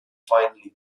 finally